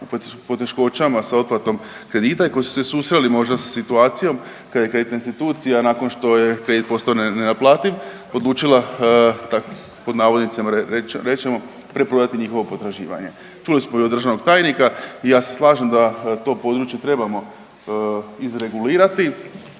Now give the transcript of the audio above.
poteškoćama sa otplatom kredita i koji su se susreli možda sa situacijom kad je kreditna institucija nakon što je kredit postao nenaplativ odlučila pod navodnicima reći ćemo preprodati njihovo potraživanje. Čuli smo i od državnog tajnika i ja se slažem da to područje trebamo izregulirati,